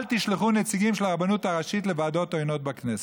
אל תשלחו נציגים של הרבנות הראשית לוועדות עוינות בכנסת.